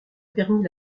permis